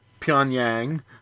Pyongyang